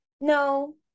no